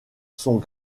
sont